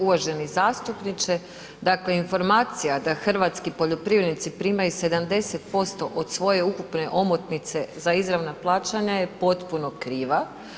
Uvaženi zastupnici, dakle informacija da hrvatski poljoprivrednici primaju 70% od svoje ukupne omotnice za izravna plaćanja je potpuno kriva.